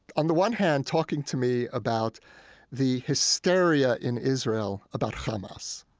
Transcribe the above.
on the one hand, talking to me about the hysteria in israel about hamas.